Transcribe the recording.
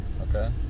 Okay